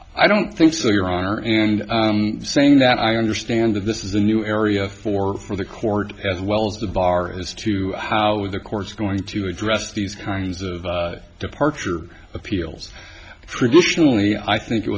i don't think so your honor and saying that i understand that this is a new area for for the court as well as the bar as to how the court's going to address these kinds of departure appeals traditionally i think it